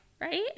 Right